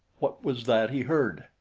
what was that he heard!